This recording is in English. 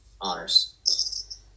honors